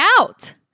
out